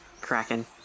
kraken